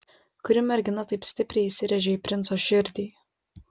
kuri mergina taip stipriai įsirėžė į princo širdį